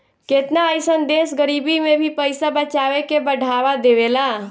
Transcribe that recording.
केतना अइसन देश गरीबी में भी पइसा बचावे के बढ़ावा देवेला